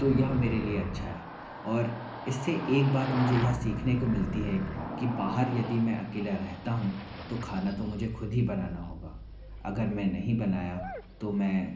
तो यह मेरे लिए अच्छा है और इससे एक बात मुझे यह सीखने को मिलती है कि बाहर यदि मैं अकेला रहता हूँ तो खाना तो मुझे ख़ुद ही बनाना होगा अगर मैं नहीं बनाया तो मैं